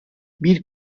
bir